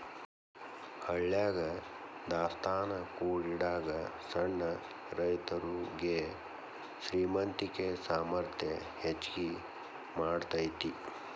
ಹಳ್ಯಾಗ ದಾಸ್ತಾನಾ ಕೂಡಿಡಾಗ ಸಣ್ಣ ರೈತರುಗೆ ಶ್ರೇಮಂತಿಕೆ ಸಾಮರ್ಥ್ಯ ಹೆಚ್ಗಿ ಮಾಡತೈತಿ